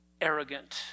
arrogant